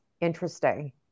interesting